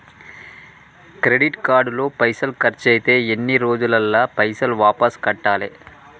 Credit card లో పైసల్ ఖర్చయితే ఎన్ని రోజులల్ల పైసల్ వాపస్ కట్టాలే?